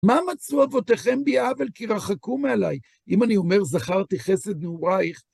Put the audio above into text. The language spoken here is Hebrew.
מה מצאו אבותיכם בי עול כי רחקו מעלי? אם אני אומר זכרתי חסד נעורייך?